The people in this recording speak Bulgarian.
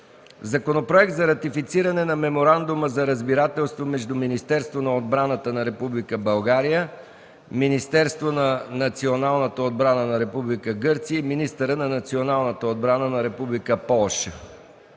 Законопроект за ратифициране на Меморандума за разбирателство между Министерството на отбраната на Република България, Министерството на националната отбрана на Република Гърция и министъра на националната отбрана на Република Полша